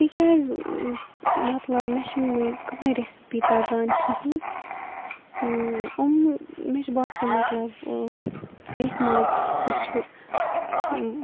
تِکیٛازِ مطلب مےٚ چھِنہٕ وٕنۍ کٕہٕنۍ ریسِپی تَگان کِہیٖنۍ یِم مےٚ چھِ باسان مطلب میتھ ماز تہِ چھِ